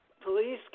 police